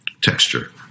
texture